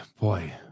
boy